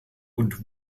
und